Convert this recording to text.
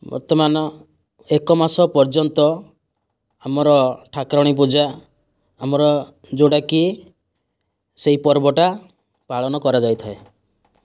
ବର୍ତ୍ତମାନ ଏକ ମାସ ପର୍ଯ୍ୟନ୍ତ ଆମର ଠାକୁରାଣୀ ପୂଜା ଆମର ଯେଉଁଟାକି ସେହି ପର୍ବଟା ପାଳନ କରାଯାଇଥାଏ